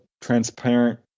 transparent